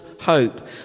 hope